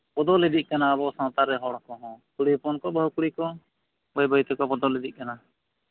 ᱵᱚᱫᱚᱞ ᱤᱫᱤᱜ ᱠᱟᱱᱟ ᱟᱵᱚ ᱥᱟᱶᱛᱟᱨᱮ ᱦᱚᱲᱠᱚᱦᱚᱸ ᱠᱩᱲᱤ ᱦᱚᱯᱚᱱᱠᱚ ᱵᱟᱹᱦᱩ ᱠᱩᱲᱤᱠᱚ ᱵᱟᱹᱭᱼᱵᱟᱹᱭ ᱛᱮᱠᱚ ᱵᱚᱫᱚᱞ ᱤᱫᱤᱜ ᱠᱟᱱᱟ